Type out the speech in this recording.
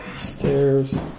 Stairs